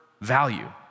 value